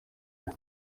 hehe